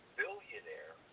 billionaire